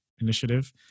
initiative